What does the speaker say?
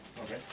Okay